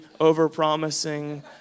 overpromising